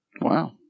Wow